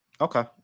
Okay